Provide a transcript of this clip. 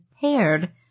paired